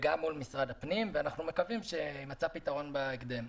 וגם מול משרד הפנים ואנחנו מקווים שימצא פתרון בהקדם.